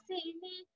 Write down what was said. Sini